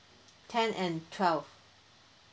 ten and twelve